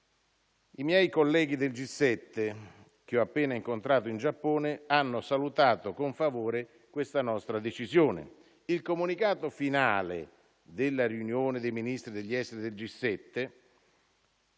I miei colleghi del G7, che ho appena incontrato in Giappone, hanno salutato con favore questa nostra decisione. Il comunicato finale della riunione dei Ministri degli esteri del G7,